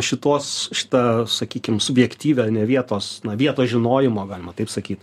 šituos šitą sakykim subjektyvią ne vietos na vietos žinojimo galima taip sakyt